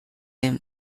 him